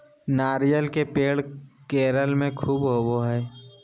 नारियल के पेड़ केरल में ख़ूब होवो हय